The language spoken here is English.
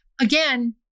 again